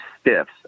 stiffs